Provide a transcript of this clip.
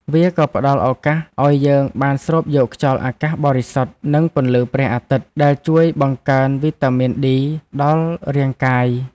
វាក៏ផ្ដល់ឱកាសឱ្យយើងបានស្រូបយកខ្យល់អាកាសបរិសុទ្ធ និងពន្លឺព្រះអាទិត្យ ដែលជួយបង្កើនវីតាមីនឌី ដល់រាងកាយ។